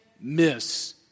miss